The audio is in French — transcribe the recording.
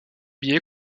billets